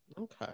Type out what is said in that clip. Okay